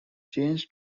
changed